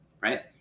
right